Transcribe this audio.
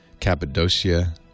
Cappadocia